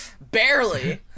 Barely